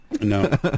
No